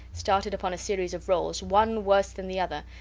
started upon a series of rolls, one worse than the other,